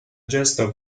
gesto